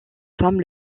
femme